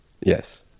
yes